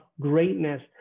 greatness